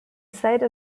site